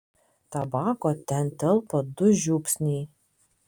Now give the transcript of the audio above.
tabako ten telpa du žiupsniai